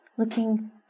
looking